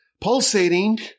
pulsating